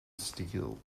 steel